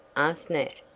asked nat.